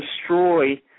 destroy